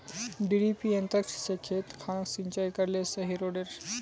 डिरिपयंऋ से खेत खानोक सिंचाई करले सही रोडेर?